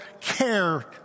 care